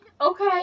okay